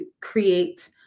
create